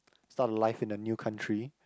start a life in the new country